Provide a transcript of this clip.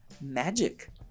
magic